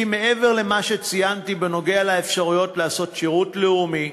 כי מעבר למה שציינתי בנוגע לאפשרויות לעשות שירות לאומי